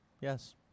Yes